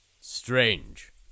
strange